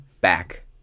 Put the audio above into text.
back